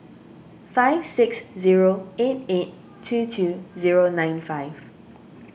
five six zero eight eight two two zero nine five